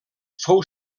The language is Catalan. fou